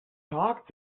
talk